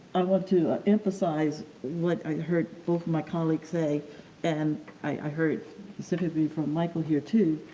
i want to emphasize what i heard both of my colleagues say and i heard specifically from michael here too,